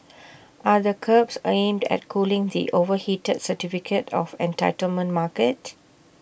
are the curbs aimed at cooling the overheated certificate of entitlement market